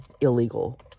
illegal